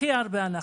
הכי הרבה אנחנו.